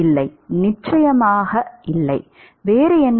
இல்லை நிச்சயமாக இல்லை வேறு என்ன